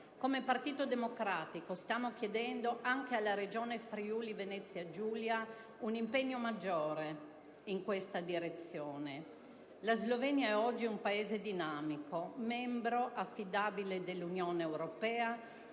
Come Partito Democratico stiamo chiedendo anche alla Regione Friuli-Venezia Giulia un impegno maggiore in questa direzione. La Slovenia è oggi un Paese dinamico, membro affidabile dell'Unione europea,